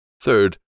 Third